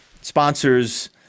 sponsors